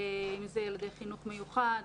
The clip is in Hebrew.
אם זה ילדי חינוך מיוחד,